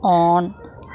on